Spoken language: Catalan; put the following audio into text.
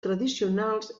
tradicionals